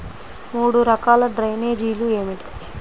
మూడు రకాల డ్రైనేజీలు ఏమిటి?